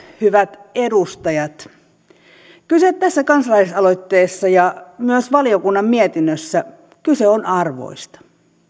hyvät edustajat tässä kansalaisaloitteessa ja myös valiokunnan mietinnössä kyse on arvoista